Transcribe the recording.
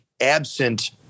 absent